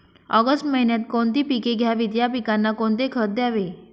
August महिन्यात कोणती पिके घ्यावीत? या पिकांना कोणते खत द्यावे?